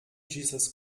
jesus